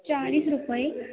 चाळीस रुपये